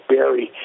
Barry